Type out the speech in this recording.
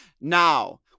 Now